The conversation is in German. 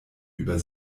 über